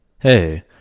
Hey